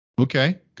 Okay